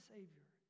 Savior